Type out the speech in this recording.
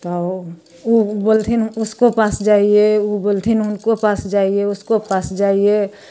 तऽ ओ बोलथिन उसको पास जाइए ओ बोलथिन उनको पास जाइए उसको पास जाइए